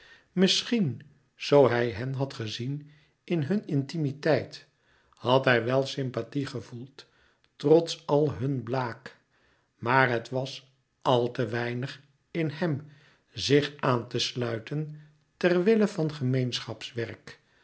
misschien zoo hij hen had gezien in hun intimiteit had hij wel sympathie gevoeld trots al hun blague maar het was al te weinig in hem zich aan te sluiten ter wille van